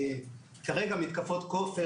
כרגע מתקפות כופר,